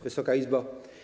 Wysoka Izbo!